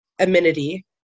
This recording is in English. amenity